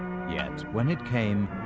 yet when it came,